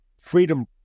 freedom